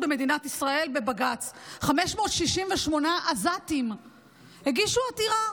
במדינת ישראל בבג"ץ: 568 עזתים הגישו עתירה,